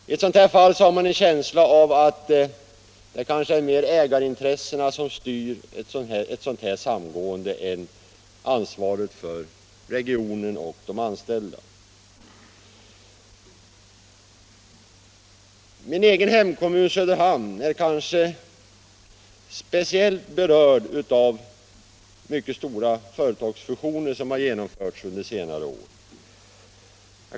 Vid ett sådant samgående Näringspolitiken Näringspolitiken har man en känsla av att det mer är ägarintressena som styr än ansvaret för regionen och de anställda. Min egen hemkommun, Söderhamn, är kanske speciellt berörd av mycket stora företagsfusioner som genomförts under senare år.